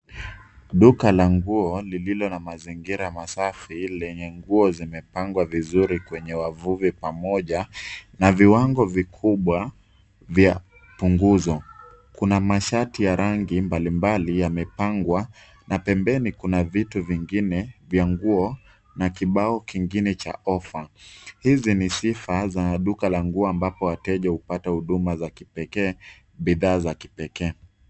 Duka la nguo lililo mazingira safi, lenye nguo zimepangwa vizuri kwenye wavuvi pamoja na viwango vikubwa vya punguzo. Kuna mashati ya rangi mbalimbali yamepangwa, na pembeni kuna vitu vingine vya nguo na kibao kingine cha ofa. Hizi ni sia za duka la nguo ambapo wateja hupata huduma za kipekee na bidhaa za kipekee.